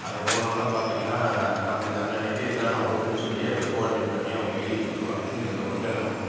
அங்கே போனவொடன்னே பார்த்தீங்கனா நம்மளுக்கு அன்னன்னைக்கு என்னென்ன ஒர்க்குன்னு சொல்லி அங்க கோஆர்டினேட் பண்ணி அவங்க எழுதி கொடுத்துருவாங்க இந்த இந்த ஒர்க்கை நம்ம